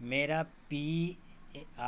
میرا پی